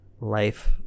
Life